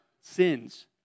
sins